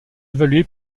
évalué